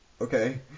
okay